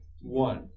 One